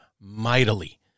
mightily